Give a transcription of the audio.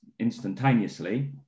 instantaneously